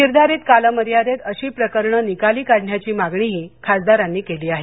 निर्धारित कालमर्यादेत अशी प्रकरणं निकाली काढण्याची मागणीही खासदारांनी केली आहे